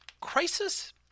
Crisis